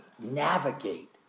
navigate